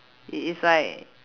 it is like